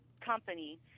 company